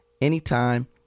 anytime